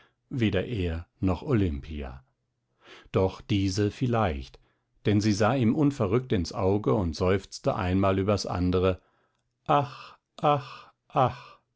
weder er noch olimpia doch diese vielleicht denn sie sah ihm unverrückt ins auge und seufzte einmal übers andere ach ach ach